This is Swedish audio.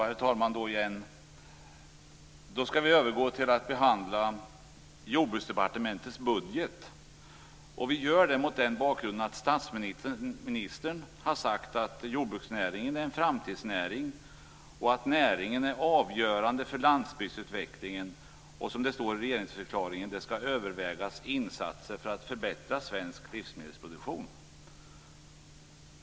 Herr talman! Vi skall nu övergå till att behandla Jordbruksdepartementets budget, och vi gör det mot den bakgrunden att statsministern har sagt att jordbruksnäringen är en framtidsnäring, att näringen är avgörande för landsbygdsutvecklingen och att det, som det står i regeringsförklaringen, skall övervägas insatser för att förbättra svensk livsmedelsproduktion.